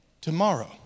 tomorrow